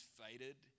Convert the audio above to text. faded